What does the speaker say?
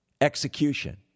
execution